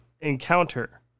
encounter